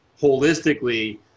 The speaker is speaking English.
holistically